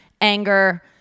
anger